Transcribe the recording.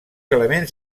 elements